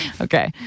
okay